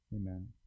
Amen